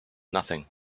nothing